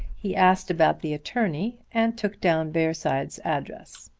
he asked about the attorney and took down bearside's address.